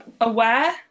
aware